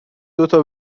دوتا